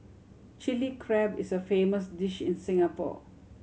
Chilli Crab is a famous dish in Singapore